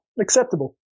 Acceptable